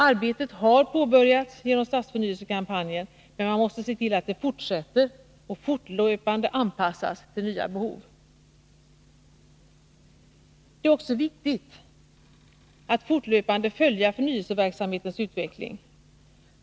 Arbetet har påbörjats genom stadsförnyelsekampanjen, men man måste se till att det fortsätter och fortlöpande anpassas till nya behov. Det är också viktigt att fortlöpande följa förnyelseverksamhetens utveckling.